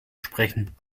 sprechen